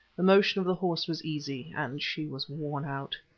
the motion of the horse was easy, and she was worn out.